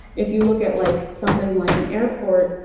if you look at like something like an airport,